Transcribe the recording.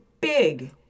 big